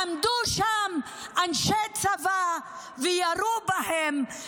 עמדו שם אנשי צבא וירו בהם,